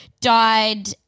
died –